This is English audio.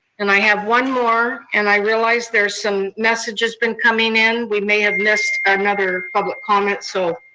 and i have one more, and i realize there's some messaging been coming in, we may have missed another public comment, so